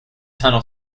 tunnel